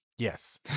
Yes